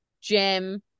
Jim